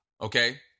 okay